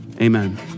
Amen